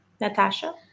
Natasha